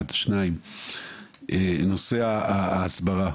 נושא ההסברה.